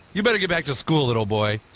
you better get back to school a little boy.